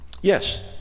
Yes